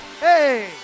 hey